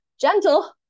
gentle